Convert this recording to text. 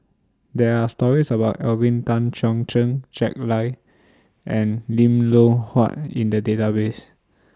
There Are stories about Alvin Tan Cheong Kheng Jack Lai and Lim Loh Huat in The Database